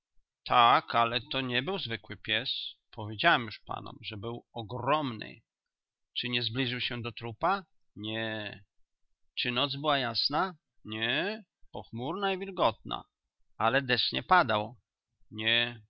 tak ale to nie był zwykły pies powiedziałem już panom że był ogromny czy nie zbliżył się do trupa nie czy noc była jasna nie pochmurna i wilgotna ale deszcz nie padał nie